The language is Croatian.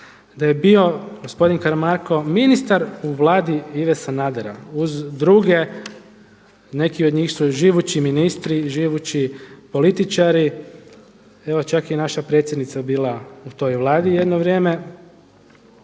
da je bio gospodin Karamarko ministar u Vladi Ive Sanadera uz druge, neki od njih su živući ministri i živući političari. Evo čak je i naša predsjednica bila u toj Vladi jedno vrijeme.